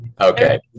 Okay